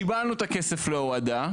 קיבלנו את הכסף להורדה,